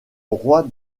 roi